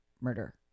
murder